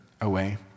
away